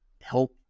help